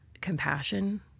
compassion